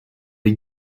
les